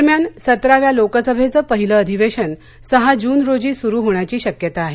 दरम्यान सतराव्या लोकसभेचं पहिलं अधिवेशन सहा जून रोजी सुरु होण्याची शक्यता आहे